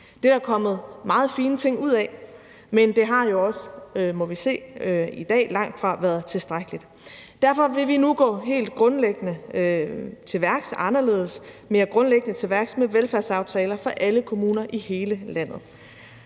Det er der kommet meget fine ting ud af, men det har jo også, kan vi se i dag, langtfra været tilstrækkeligt. Derfor vil vi nu gå helt anderledes og mere grundlæggende til værks med velfærdsaftaler for alle kommuner i hele landet.